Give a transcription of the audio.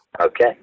Okay